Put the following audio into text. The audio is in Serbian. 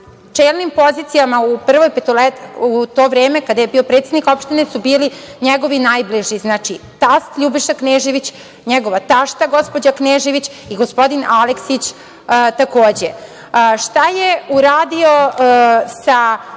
čelnim pozicijama u to vreme, kada je bio predsednik opštine, su bili njegovi najbliži, znači, tast Ljubiša Knežević, njegova tašta, gospođa Knežević, i gospodin Aleksić, takođe. Šta je uradio sa